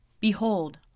Behold